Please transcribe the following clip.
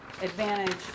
advantage